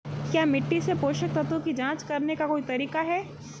क्या मिट्टी से पोषक तत्व की जांच करने का कोई तरीका है?